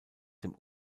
dem